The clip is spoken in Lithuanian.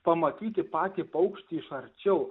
pamatyti patį paukštį iš arčiau